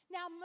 Now